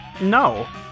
no